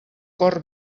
cor